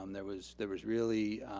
um there was there was really